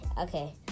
okay